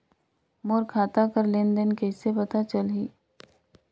मोर खाता कर लेन देन कइसे पता चलही?